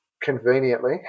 conveniently